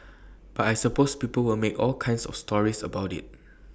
but I suppose people will make all kinds of stories about IT